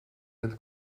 bent